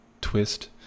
Twist